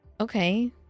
okay